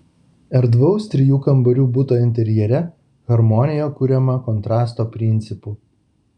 erdvaus trijų kambarių buto interjere harmonija kuriama kontrasto principu